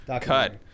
cut